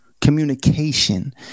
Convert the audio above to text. Communication